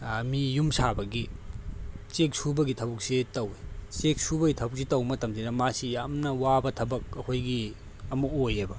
ꯃꯤ ꯌꯨꯝ ꯁꯥꯕꯒꯤ ꯆꯦꯛ ꯁꯨꯕꯒꯤ ꯊꯕꯛꯁꯦ ꯇꯧꯏ ꯆꯦꯛ ꯁꯨꯕꯒꯤ ꯊꯕꯛꯁꯦ ꯇꯧꯕ ꯃꯇꯝꯁꯤꯗ ꯃꯥꯁꯦ ꯌꯥꯝꯅ ꯋꯥꯕ ꯊꯕꯛ ꯑꯩꯈꯣꯏꯒꯤ ꯑꯃ ꯑꯣꯏꯑꯦꯕ